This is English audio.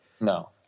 No